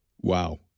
Wow